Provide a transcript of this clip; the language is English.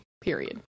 period